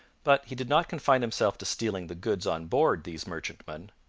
but he did not confine himself to stealing the goods on board these merchantmen.